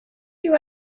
you